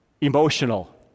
Emotional